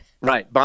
Right